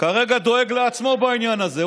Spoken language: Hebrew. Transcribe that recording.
כרגע דואג לעצמו בעניין הזה.